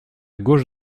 gauche